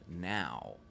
now